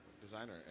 designer